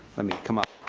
let me come up.